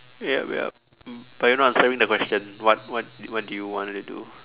wait ah wait ah but you are not answering the question what what what do you want to do